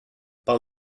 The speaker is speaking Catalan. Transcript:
pel